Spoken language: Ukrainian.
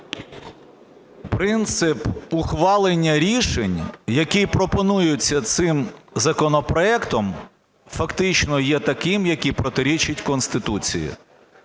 Принцип ухвалення рішень, які пропонуються цим законопроектом, фактично є таким, який протирічить Конституції.